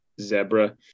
zebra